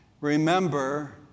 remember